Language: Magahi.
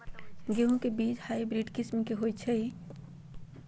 गेंहू के बीज हाइब्रिड किस्म के होई छई?